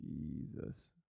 Jesus